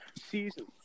Season